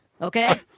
okay